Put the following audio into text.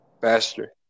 faster